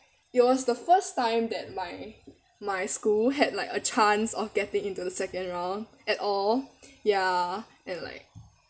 it was the first time that my my school had like a chance of getting into the second round at all ya and like